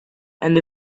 and